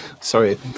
Sorry